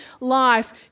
life